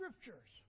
scriptures